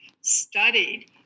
studied